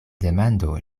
demando